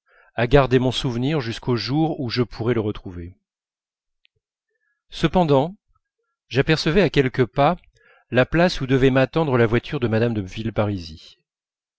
à garder mon souvenir jusqu'au jour où je pourrais la retrouver cependant j'apercevais à quelques pas la place où devait m'attendre la voiture de mme de villeparisis